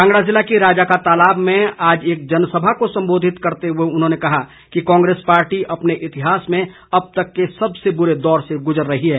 कांगड़ा जिला के राजा का तालाब में आज एक जनसभा को सम्बोधित करते हुए उन्होंने कहा कि कांग्रेस पार्टी अपने इतिहास में अब तक के सबसे बुरे दौर से गुजर रही है